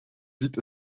sieht